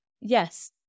yes